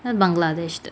他 bangladesh 的